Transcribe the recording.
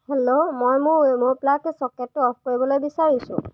hello মই মোৰ Wemo plug ছকেটটো অফ কৰিবলৈ বিচাৰিছোঁ